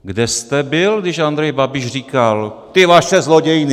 Kde jste byl, když Andrej Babiš říkal: Ty vaše zlodějny!